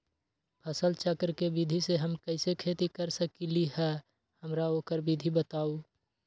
फसल चक्र के विधि से हम कैसे खेती कर सकलि ह हमरा ओकर विधि बताउ?